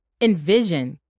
envision